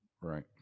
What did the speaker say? Right